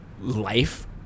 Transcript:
life